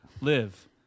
live